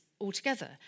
altogether